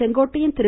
Sengottaiyan Thiru